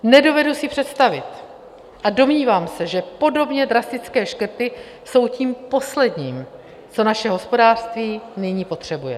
Nedovedu si to představit a domnívám se, že podobně drastické škrty jsou tím posledním, co naše hospodářství nyní potřebuje.